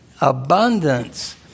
abundance